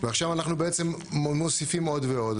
ועכשיו אנחנו בעצם מוסיפים עוד ועוד.